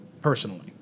personally